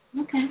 Okay